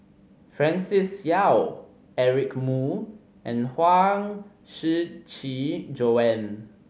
Francis Seow Eric Moo and Huang Shiqi Joan